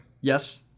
Yes